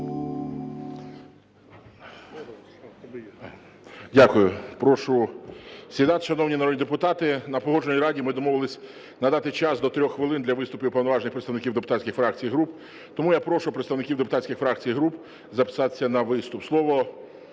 Дякую. Прошу сідати. Шановні народні депутати, на Погоджувальній раді ми домовились надати час до 3 хвилин для виступів уповноважених представників депутатських фракцій і груп. Тому я прошу представників депутатських фракцій і груп записатися на виступ, слово